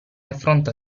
affronta